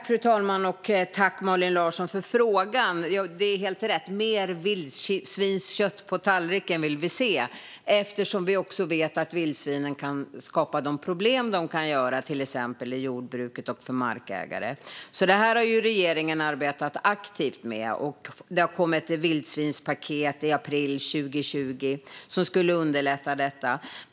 Fru talman! Jag tackar Malin Larsson för frågan. Det är helt rätt - mer vildsvinskött på tallriken vill vi se, också eftersom vi vet att vildsvinen kan skapa problem till exempel i jordbruket och för markägare. Det här har regeringen arbetat aktivt med. Det kom ett vildsvinspaket i april 2020 som ska underlätta detta.